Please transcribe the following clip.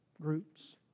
groups